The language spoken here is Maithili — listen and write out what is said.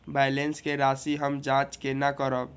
बैलेंस के राशि हम जाँच केना करब?